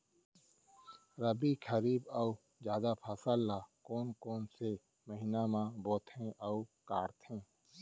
रबि, खरीफ अऊ जादा फसल ल कोन कोन से महीना म बोथे अऊ काटते?